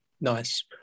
Nice